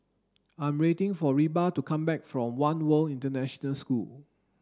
I'm waiting for Reba to come back from One World International School